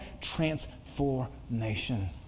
transformation